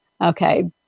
Okay